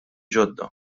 ġodda